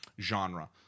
Genre